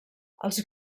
els